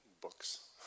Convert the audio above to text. books